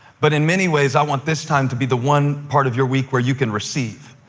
but in many ways, i want this time to be the one part of your week where you can receive.